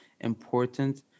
important